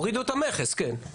הורידו את המכס, כן.